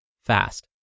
fast